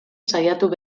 saiatuko